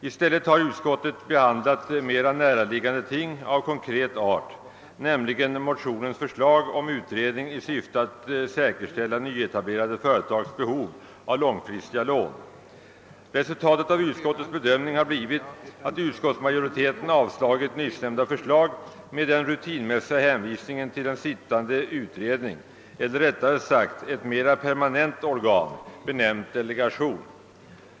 I stället har utskottet behandlat mer näraliggande ting av konkret art, nämligen motionens förslag om utredning i syfte att säkerställa nyetablerade företags behov av långfristiga lån. Resultatet av utskottets bedömning har blivit att majoriteten har avstyrkt förslaget med en rutinmässig hänvisning till en tillsatt utredning — eller rättare sagt till ett mer permanent organ benämnt delegation.